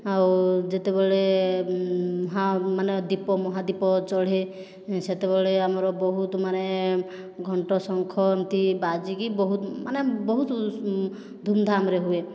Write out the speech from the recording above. ଆଉ ଯେତେବେଳେ ହା ମାନେ ଦୀପ ମହାଦୀପ ଚଢ଼େ ସେତେବେଳେ ଆମର ବହୁତ ମାନେ ଘଣ୍ଟ ଶଙ୍ଖ ଏମିତି ବାଜିକି ବହୁତ ମାନେ ବହୁତ ଧୂମଧାମରେ ହୁଏ